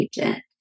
agent